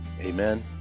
Amen